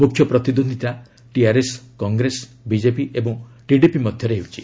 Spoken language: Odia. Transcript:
ମୁଖ୍ୟ ପ୍ରତିଦ୍ୱନ୍ଦିତା ଟିଆର୍ଏସ୍ କଂଗ୍ରେସ ବିକେପି ଏବଂ ଟିଡିପି ମଧ୍ୟରେ ହେଉଛି